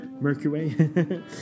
Mercury